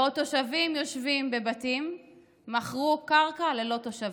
בעוד תושבים יושבים בבתים מכרו קרקע ללא תושבים.